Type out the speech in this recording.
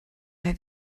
have